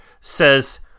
says